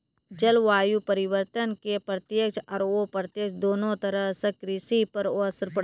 जलवायु परिवर्तन के प्रत्यक्ष आरो अप्रत्यक्ष दोनों तरह सॅ कृषि पर असर पड़ै छै